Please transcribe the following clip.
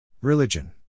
religion